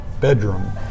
bedroom